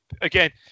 Again